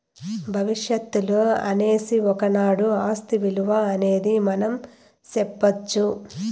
భవిష్యత్తులో అనేసి ఒకనాడు ఆస్తి ఇలువ అనేది మనం సెప్పొచ్చు